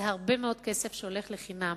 זה הרבה מאוד כסף שהולך לחינם.